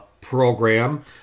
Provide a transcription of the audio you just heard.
program